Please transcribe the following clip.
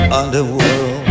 underworld